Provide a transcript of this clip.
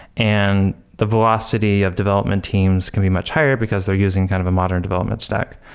and the velocity of development teams can be much higher because they're using kind of a modern development stack.